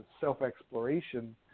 self-exploration